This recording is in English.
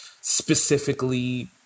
specifically